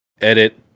edit